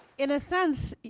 in a sense,